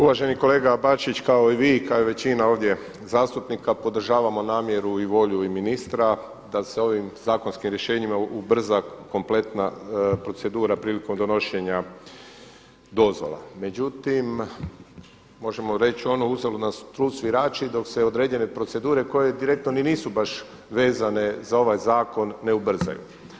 Uvaženi kolega Bačić, kao i vi kao i većina ovdje zastupnika podržavamo namjeru i volju i ministra da se ovim zakonskim rješenjima ubrza kompletna procedura prilikom donošenja dozvola, međutim možemo reći onu „Uzalud nam trud svirači“ dok se određene procedure koje direktno ni nisu baš vezane za ovaj zakon ne ubrzaju.